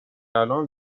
الان